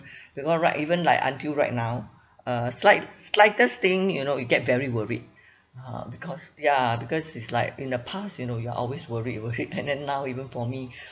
they all right even like until right now uh slight slightest thing you know you get very worried uh because ya because it's like in the past you know you are always worried worried and then now even for me